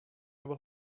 will